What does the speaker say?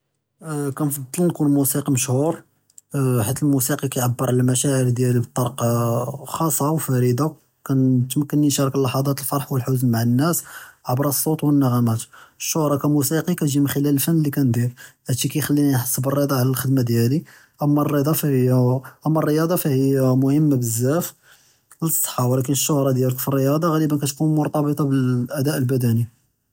אה כנג’בּל נكون מוסיקי מכשורס, חית אלמוסיקי יבער עלמחשאר דיאלו בבטאקה חאצ’ה ופרידה, כתמכן נשתארכ אללהז’את אלקרה ואלחזן מע אלנס ע’בר אלסות ואלנג’מאט, אלשהרה כמוסיקי תג’י מע אלפאן אללי קנדיר, האדאשי כיכּליני נהס ב’רדי עלא אלפאן דיאלי, אמא אלריאדה פי הכ’מיה בזאף לנסחה ולקין אלשהרה דיאלך פי אלריאדה כתכון מורטבטה בלאדא’ אלבדני.